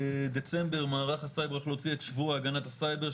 בדצמבר מערך הסייבר הולך להוציא את שבוע הגנת הסייבר,